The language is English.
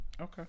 Okay